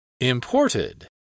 Imported